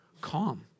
calm